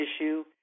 issue